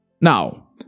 Now